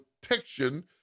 protection